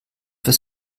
fürs